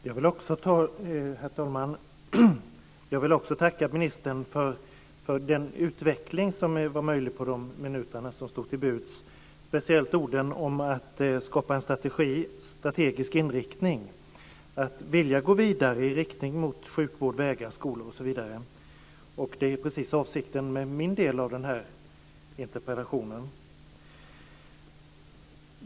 Herr talman! Jag vill också tacka ministern för den utveckling som var möjlig på de minuter som stod till buds, speciellt orden om att skapa en strategisk inriktning att vilja gå vidare med sjukvård, vägar, skolor osv. Det är precis avsikten med min del av den här interpellationen.